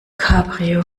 cabrio